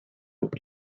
dut